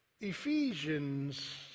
Ephesians